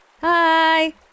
Hi